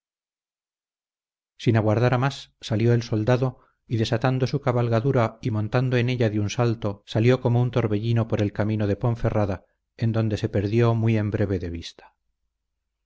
sin aguardar a más salió el soldado y desatando su cabalgadura y montando en ella de un salto salió como un torbellino por el camino de ponferrada en donde se perdió muy en breve de vista